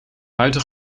buiten